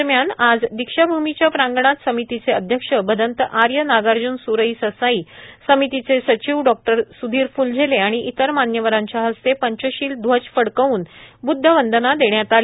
दरम्यान आज दीक्षाभूमीच्या प्रांगणात समितीचे अध्यक्ष भदन्त आर्य नागार्ज्न स्रई ससाई समितीचे सचिव डॉक्टर स्धीर फ्लझेले आणि इतर मान्यवरांच्या हस्ते पंचशील ध्वज फडकवून बुद्धवंदना घेण्यात आली